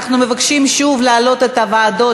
אנחנו מבקשים שוב להעלות את הוועדות